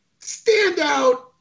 standout